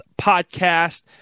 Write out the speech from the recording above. podcast